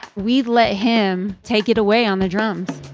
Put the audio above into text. we'd let him take it away on the drums